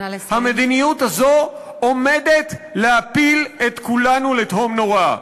המדיניות הזאת עומדת להפיל את כולנו לתהום נוראה.